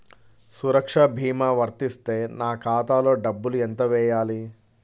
సురక్ష భీమా వర్తిస్తే నా ఖాతాలో డబ్బులు ఎంత వేయాలి?